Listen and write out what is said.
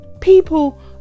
people